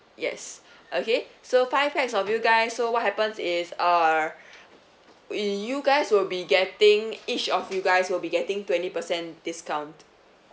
yes okay so five pax of you guys so what happens is err you guys will be getting each of you guys will be getting twenty percent discount